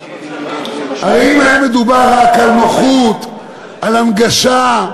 אם היה מדובר רק על נוחות, על הנגשה,